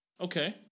Okay